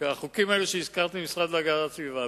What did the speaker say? כי החוקים האלו שהזכרתי קשורים למשרד להגנת הסביבה.